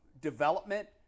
development